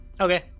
Okay